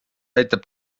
aitab